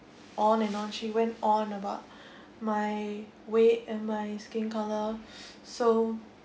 on and on she went on about my weight and my skin color so